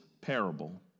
parable